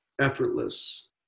effortless